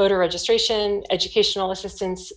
voter registration and educational assistance